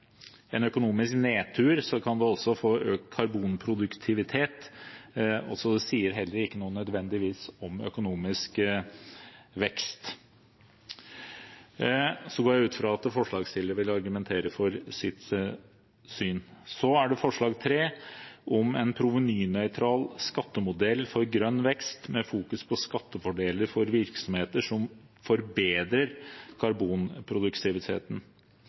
en økonomisk nedtur også kan få økt karbonproduktivitet – det sier heller ikke noe, nødvendigvis, om økonomisk vekst. Jeg går ut fra at forslagsstillerne vil argumentere for sitt syn. Det tredje forslaget handler om en provenynøytral skattemodell for grønn vekst med fokus på skattefordeler for virksomheter som forbedrer karbonproduktiviteten.